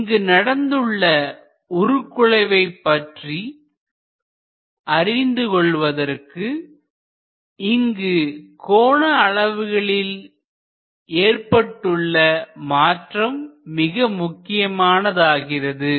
இங்கு நடந்துள்ள உருகுலைவை பற்றி அறிந்து கொள்வதற்கு இங்கு கோண அளவுகளில் ஏற்பட்டுள்ள மாற்றம் மிக முக்கியமானதாகிறது